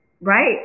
Right